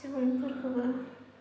सुबुंफोरखौबो